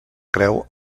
creu